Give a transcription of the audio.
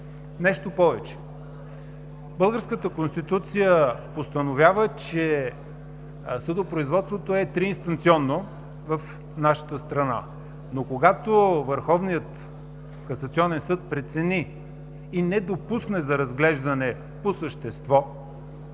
Нещо повече – българската Конституция постановява, че съдопроизводството е триинстанционно в нашата страна. Но когато Върховният касационен съд прецени и не допусне за разглеждане по същество